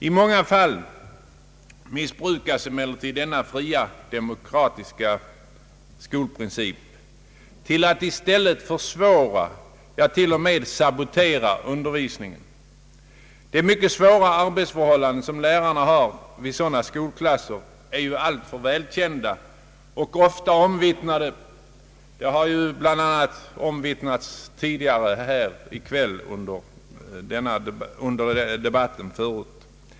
I många fall missbrukas emellertid denna fria demokratiska skolprincip till att i stället försvåra, ja, t.o.m. sabotera undervisningen. De mycket svåra arbetsförhållanden som lärarna har i sådana skolklasser är alltför välkända och ofta omvittnade. Det har bl.a. omvittnats här i kväll under den tidigare debatten.